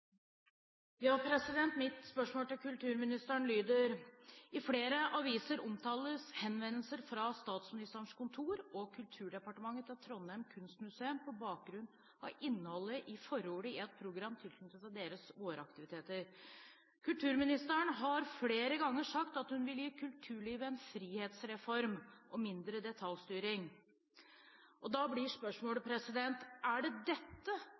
Trondheim kunstmuseum på bakgrunn av innholdet i forordet i et program tilknyttet deres våraktiviteter. Kulturministeren har flere ganger sagt hun vil gi kulturlivet en frihetsreform og mindre detaljstyring. Er det dette hun legger i en frihetsreform og mindre detaljstyring?» Siktemålet med min henvendelse var utelukkende å finne ut hva dette